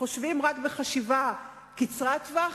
חושבים רק חשיבה קצרת טווח,